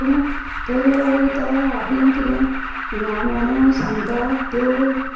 पुणून थंय लोक वयता आपलें कितेंय आंगवण्यो सांगता त्यो